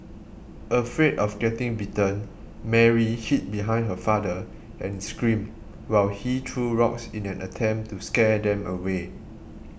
afraid of getting bitten Mary hid behind her father and screamed while he threw rocks in an attempt to scare them away